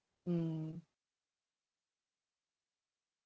mm